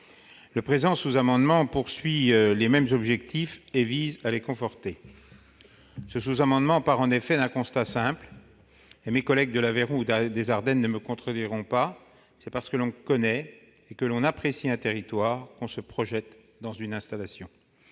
Le présent sous-amendement vise les mêmes objectifs en les confortant. Nous partons d'un constat simple, et mes collègues de l'Aveyron ou des Ardennes ne me contrediront pas : c'est parce que l'on connaît et que l'on apprécie un territoire que l'on se projette dans une installation.